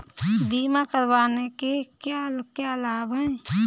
बीमा करवाने के क्या क्या लाभ हैं?